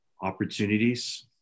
opportunities